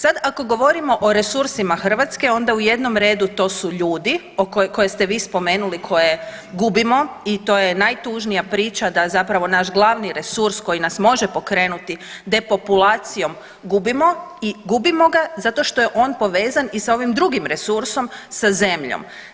Sad ako govorimo o resursima Hrvatske onda u jednom redu to su ljudi koje ste vi spomenuli koje gubimo i to je najtužnija priča da zapravo naš glavni resurs koji nas može pokrenuti depopulacijom gubimo i gubimo ga zato što je on povezan i sa ovim drugim resursom sa zemljom.